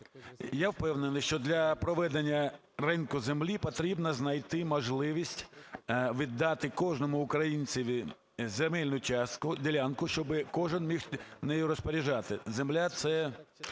Я впевнений, що для проведення ринку землі потрібно знайти можливість віддати кожному українцеві земельну частку ділянку, щоб кожен міг нею розпоряджатися. Земля – це